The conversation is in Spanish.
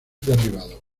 derribado